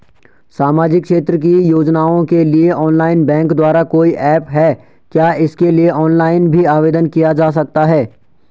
सामाजिक क्षेत्र की योजनाओं के लिए ऑनलाइन बैंक द्वारा कोई ऐप है क्या इसके लिए ऑनलाइन भी आवेदन किया जा सकता है?